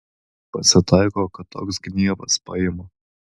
pasitaiko kad toks gnievas paima